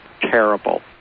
terrible